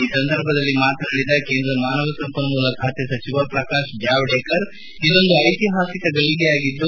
ಈ ಸಂದರ್ಭದಲ್ಲಿ ಮಾತನಾಡಿದ ಕೇಂದ್ರ ಮಾನವ ಸಂಪನ್ನೂಲ ಖಾತೆ ಸಚಿವ ಪ್ರಕಾಶ್ ಜಾವಡೇಕರ್ ಇದೊಂದು ಐತಿಹಾಸಿಕ ಘಳಿಗೆಯಾಗಿದ್ದು